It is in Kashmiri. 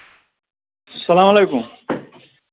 السلام علیکُم